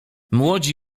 młodzi